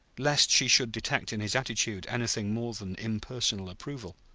lest she should detect in his attitude anything more than impersonal approval.